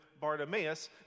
Bartimaeus